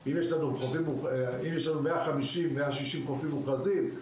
אם יש לנו 160-150 חופים מוכרזים,